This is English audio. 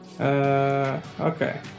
Okay